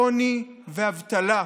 לעוני ואבטלה.